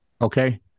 Okay